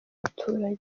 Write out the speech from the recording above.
abaturage